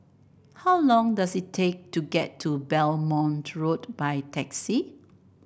how long does it take to get to Belmont Road by taxi